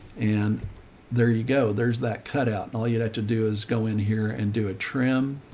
and there you go. there's that cutout. and all you'd have to do is go in here and do a trim